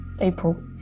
April